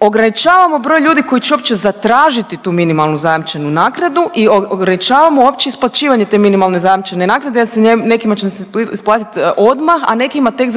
ograničavamo broj ljudi koji će uopće zatražiti tu minimalnu zajamčenu naknadu i ograničavamo uopće isplaćivanje te minimalne zajamčene naknade jer nekima će se isplatiti odmah, a nekima tek za 6